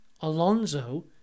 Alonso